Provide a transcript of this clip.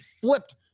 flipped